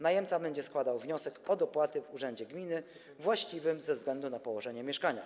Najemca będzie składał wniosek o dopłaty w urzędzie gminy właściwym ze względu na położenie mieszkania.